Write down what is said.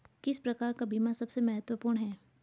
किस प्रकार का बीमा सबसे महत्वपूर्ण है?